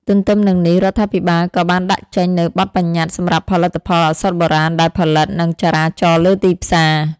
ទទ្ទឹមនឹងនេះ រដ្ឋាភិបាលក៏បានដាក់ចេញនូវបទប្បញ្ញត្តិសម្រាប់ផលិតផលឱសថបុរាណដែលផលិត និងចរាចរណ៍លើទីផ្សារ។